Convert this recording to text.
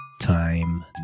Time